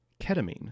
ketamine